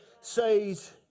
says